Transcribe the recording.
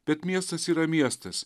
bet miestas yra miestas